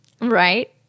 Right